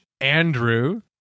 Andrew